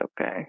okay